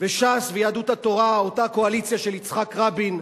וש"ס ויהדות התורה, אותה קואליציה של יצחק רבין,